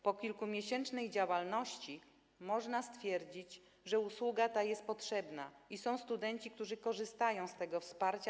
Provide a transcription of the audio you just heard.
Po kilkumiesięcznej działalności można stwierdzić, że usługa ta jest potrzebna i są studenci, którzy stale korzystają z tego wsparcia.